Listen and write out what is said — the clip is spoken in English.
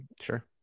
Sure